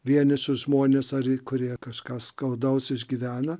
vienišus žmones ar kurie kažką skaudaus išgyvena